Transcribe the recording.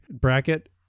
bracket